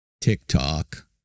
TikTok